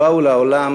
באו לעולם